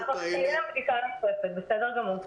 תהיה בדיקה נוספת, בסדר גמור.